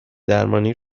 درمانی